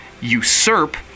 usurp